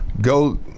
Go